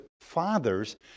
fathers